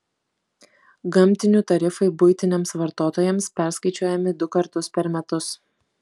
gamtinių tarifai buitiniams vartotojams perskaičiuojami du kartus per metus